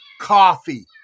coffee